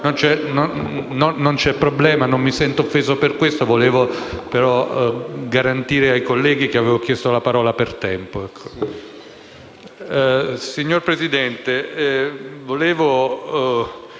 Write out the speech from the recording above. Non c'è problema e non mi sento offeso per questo. Volevo però garantire ai colleghi che avevo chiesto la parola per tempo. Signor Presidente, vorrei